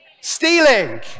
Stealing